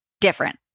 different